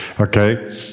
Okay